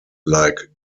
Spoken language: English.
like